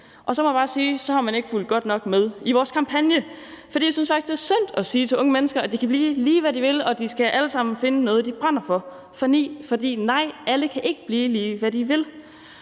Så må jeg bare sige, at så har man ikke fulgt godt nok med i vores kampagne. For jeg synes faktisk, det er synd at sige til unge mennesker, at de kan blive, lige hvad de vil, og at de alle sammen skal finde noget, de brænder for. For nej, alle kan ikke blive, lige hvad de vil,